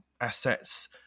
assets